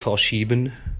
vorschieben